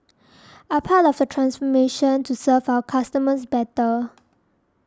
are part of the transformation to serve our customers better